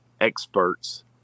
experts